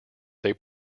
they